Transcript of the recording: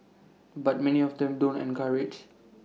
but many of them don't encourage